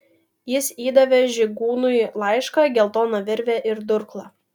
jis įdavė žygūnui laišką geltoną virvę ir durklą